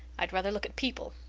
i'd ruther look at people.